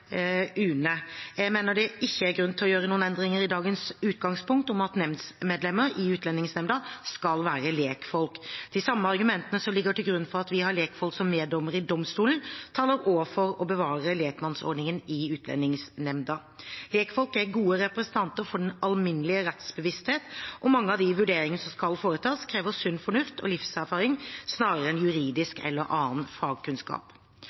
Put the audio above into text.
Jeg mener det ikke er grunn til å gjøre noen endringer i dagens utgangspunkt om at nemndsmedlemmer i Utlendingsnemnda skal være lekfolk. De samme argumentene som ligger til grunn for at vi har lekfolk som meddommere i domstolen, taler også for å bevare lekmannsordningen i Utlendingsnemnda. Lekfolk er gode representanter for den alminnelige rettsbevissthet, og mange av de vurderingene som skal foretas, krever sunn fornuft og livserfaring snarere enn juridisk kunnskap eller annen fagkunnskap.